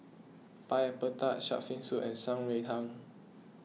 Pineapple Tart Shark's Fin Soup and Shan Rui Tang